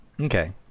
Okay